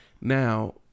Now